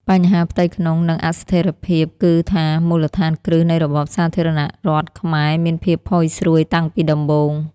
បញ្ហាផ្ទៃក្នុង និងអស្ថិរភាព គឺថាមូលដ្ឋានគ្រឹះនៃរបបសាធារណរដ្ឋខ្មែរមានភាពផុយស្រួយតាំងពីដំបូង។